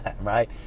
right